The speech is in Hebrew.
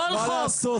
מה לעשות?